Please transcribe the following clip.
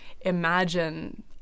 imagine